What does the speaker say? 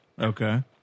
Okay